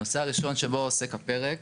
הנושא הראשון שבו עוסק הפרק